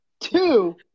Two